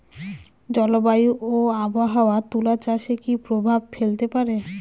জলবায়ু ও আবহাওয়া তুলা চাষে কি প্রভাব ফেলতে পারে?